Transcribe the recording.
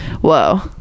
Whoa